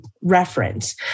reference